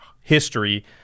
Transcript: history